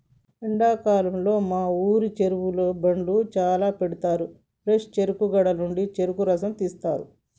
ఎండాకాలంలో మా ఊరిలో చెరుకు బండ్లు చాల పెడతారు ఫ్రెష్ చెరుకు గడల నుండి చెరుకు రసం తీస్తారు